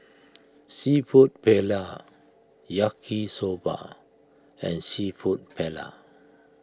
Seafood Paella Yaki Soba and Seafood Paella